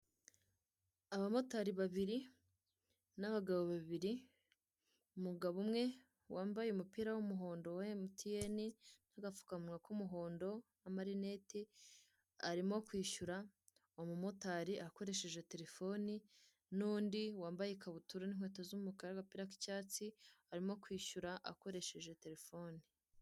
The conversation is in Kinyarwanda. Abamotari babiri n'abagabo babiri, umugabo umwe wambaye umupira w'umuhondo wa MTN n'agapfukamunwa k'umuhondo n'amarineti arimo kwishyura umumotari akoresheje telefoni, n'undi wambaye ikabutura n'inkweto z'umukara n'agapira k'icyatsi arimo kwishyura akoresheje telefone.